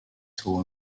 school